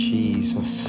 Jesus